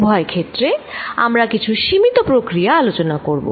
উভয় ক্ষেত্রে আমরা কিছু সীমিত প্রক্রিয়া আলোচনা করব